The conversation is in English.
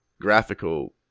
graphical